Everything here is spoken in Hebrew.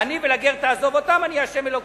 לעני ולגר תעזוב אותם, אני ה' אלוקיכם?